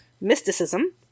mysticism